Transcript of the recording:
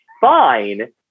fine